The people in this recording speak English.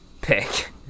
pick